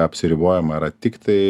apsiribojama yra tiktai